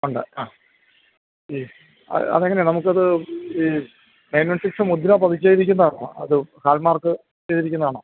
ഉണ്ട് ആ അതെങ്ങനെയാണ് നമുക്കത് ഈ നയൻ വൺ സിക്സ് മുദ്ര പതി ക്കുന്നതാണോ അതോ ഹാൾ മാർക്ക് ചെയ്തിരിക്കുന്നതാണോ